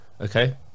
okay